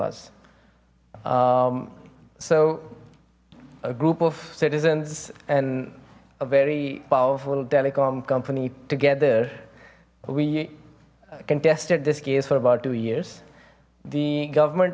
us so a group of citizens and a very powerful telecom company together we can test at this case for about two years the government